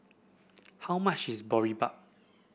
how much is Boribap